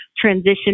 transition